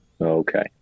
Okay